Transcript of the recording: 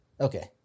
Okay